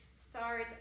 Start